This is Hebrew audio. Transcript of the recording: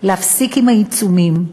להפסיק את העיצומים.